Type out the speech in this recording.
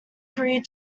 career